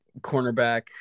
cornerback